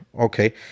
Okay